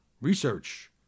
research